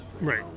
Right